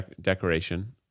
decoration